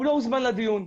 שלא הוזמן לדיון.